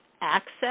access